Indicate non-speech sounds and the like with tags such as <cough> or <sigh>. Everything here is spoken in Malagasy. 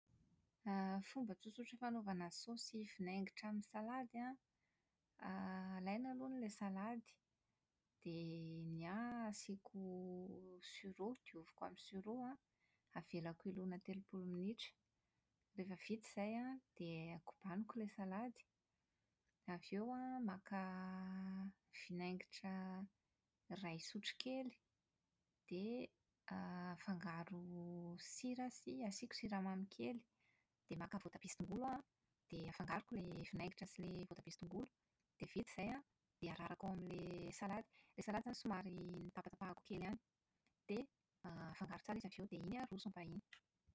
<hesitation> > Fomba tsotsotra fanaovana saosy vinaingitra amin'ny salady an, <hesitation> > alaina aloha ilay salady, dia ny ahy asiako sur'eau, dioviko amin'ny sur'eau an, avelako hilona telopolo minitra. Rehefa vita izay an, dia kobanilo ilay salady. Avy eo an, maka vinaingitra iray sotrokely dia afangaro sira sy asiako siramamay kely. Dia maka voatabia sy tongolo aho an, dia afangaroko ilay vinaingitra sy ilay voatabia sy tongolo. Dia vita izay an, dia ararako ao amin'ilay salady. Ilay salady izany somary notapatapahako kely ihany. Dia <hesitation> > afangaro tsara izy avy eo dia iny an aroso ny vahiny.